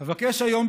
אבקש היום,